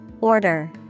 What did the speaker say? Order